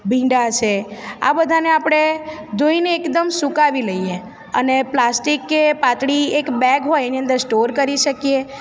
ભીંડા છે આ બધાને આપણે ધોઈને એકદમ સુકાવી લઈએ અને પ્લાસ્ટિક કે પાતળી એક બેગ હોય એની અંદર સ્ટોર કરી શકીએ